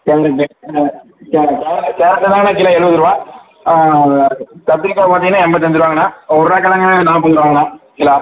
carrot ஆ carrot carrot carrot தாங்கண்ணா kilo எழுபதுருவா ஆ கத்திரிக்காய் பார்த்தீங்கன்னா எண்பத்தஞ்சிருவாங்கண்ணா உருளைக்கெழங்கு நாற்பதுருவாங்கண்ணா கிலோ